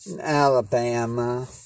Alabama